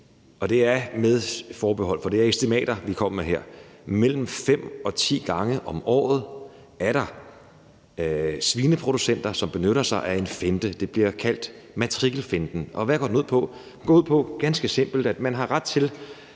og det er med forbehold, for det er estimater, vi kommer med her – at der mellem fem og ti gange om året er svineproducenter, som benytter sig af en finte, der bliver kaldt matrikelfinten. Hvad går den ud på? Den går ganske simpelt ud på, at man har ret til